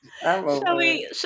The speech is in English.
Shelly